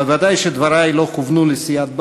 בוודאי שדברי לא כוונו לסיעת בל"ד.